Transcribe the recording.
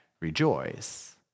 rejoice